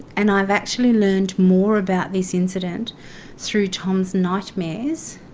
and i have actually learned more about this incident through tom's nightmares,